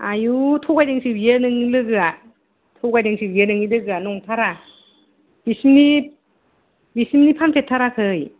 आयौ थगायदोंसो बेयो नोंनि लोगोया थगायदोंसो बेयो नोंनि लोगोया नंथारा बेसेनि बेसेनि फानफेरथाराखै